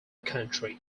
country